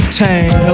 tang